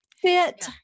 fit